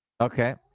Okay